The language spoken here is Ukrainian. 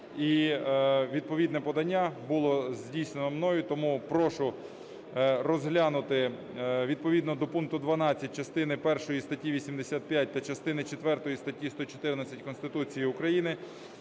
і відповідне подання було здійснено мною. Тому прошу розглянути відповідно до пункту12 частини першої статті 85 та частини четвертої статті 114 Конституції України